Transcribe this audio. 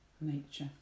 nature